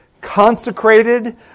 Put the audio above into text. consecrated